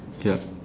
ya